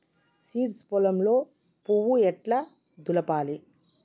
Seeds పొలంలో పువ్వు ఎట్లా దులపాలి?